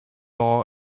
law